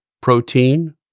protein